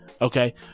Okay